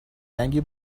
رنگی